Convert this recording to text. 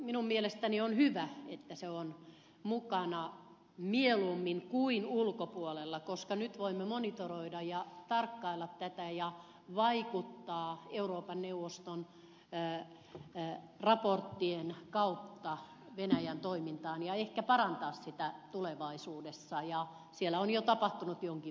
minun mielestäni on hyvä että se on mukana mieluummin kuin ulkopuolella koska nyt voimme monitoroida ja tarkkailla tätä ja vaikuttaa euroopan neuvoston raporttien kautta venäjän toimintaan ja ehkä parantaa sitä tulevaisuudessa ja siellä on jo tapahtunut jonkin verran kehitystä